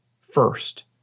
first